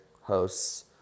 hosts